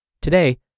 Today